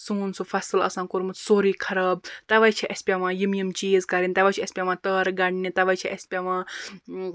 سون سُہ فصل آسان کوٚرمُت سوروٚے خَراب تَوے چھِ اَسہِ پیٚوان یِم یِم چیٖز کَرٕنۍ کَرٕنۍ تَوے چھِ اَسہِ پیٚوان تارٕ گَنٛڈنہِ تَوے چھِ اَسہِ پیٚوان